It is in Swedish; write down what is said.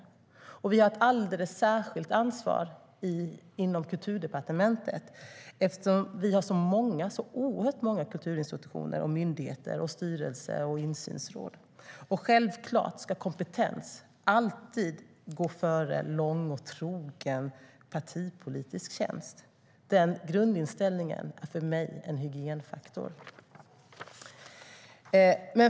Vi inom Kulturdepartementet har ett alldeles särskilt ansvar eftersom det finns så oerhört många kulturinstitutioner, myndigheter, styrelser och insynsråd. Självklart ska kompetens alltid gå före lång och trogen partipolitisk tjänst. Den grundinställningen är för mig en hygienfaktor.